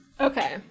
Okay